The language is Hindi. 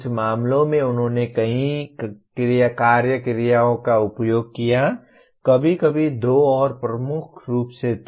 कुछ मामलों में उन्होंने कई कार्य क्रियाओं का उपयोग किया कभी कभी दो और प्रमुख रूप से एक